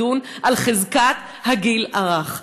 לדון בחזקת הגיל הרך.